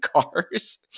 cars